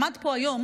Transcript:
הוא עמד פה היום,